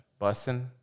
Bussin